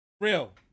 real